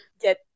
get